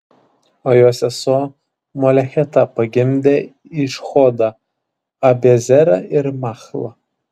o jo sesuo molecheta pagimdė išhodą abiezerą ir machlą